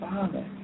Father